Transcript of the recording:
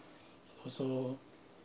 also